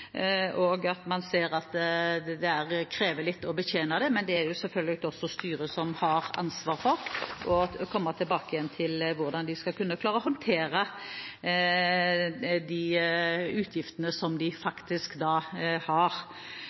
og at man ser at det krever litt å betjene det, men det er selvfølgelig styret som har ansvar for å komme tilbake til hvordan de skal kunne klare å håndtere de utgiftene som de faktisk har.